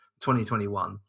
2021